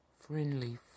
friendly